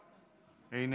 איננו.